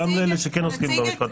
גם לאלה שעוסקים במשפט הפלילי.